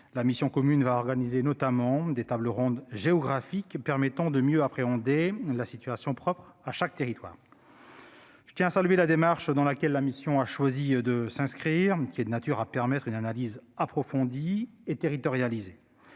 La mission commune va organiser notamment des tables rondes géographiques permettant de mieux appréhender la situation propre à chaque territoire. Je tiens à saluer la démarche dans laquelle la mission a choisi de s'inscrire. Celle-ci est de nature à permettre une analyse approfondie et territorialisée.